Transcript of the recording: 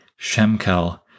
Shemkel